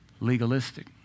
legalistic